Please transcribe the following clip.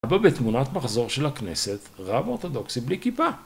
אבא בתמונת מחזור של הכנסת רב אורתודוקסי בלי כיפה